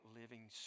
living